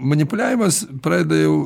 manipuliavimas pradeda jau